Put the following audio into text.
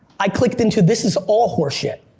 i clicked into, this is all horseshit.